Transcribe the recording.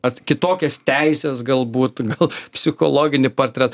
ar kitokias teises galbūt gal psichologinį portre